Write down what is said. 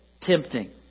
tempting